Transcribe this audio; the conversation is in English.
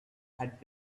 had